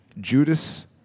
Judas